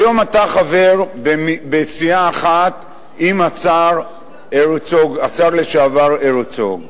היום אתה חבר בסיעה אחת עם השר לשעבר הרצוג.